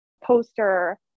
poster